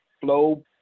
flow